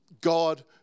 God